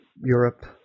Europe